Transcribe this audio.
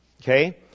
Okay